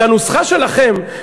את הנוסחה שלכם,